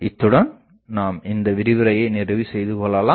இத்துடன் நாம் இந்த விரிவுரையை நிறைவு செய்து கொள்ளலாம்